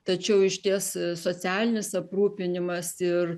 tačiau išties socialinis aprūpinimas ir